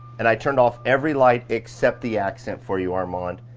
and i turned off every light, except the accent for you armand,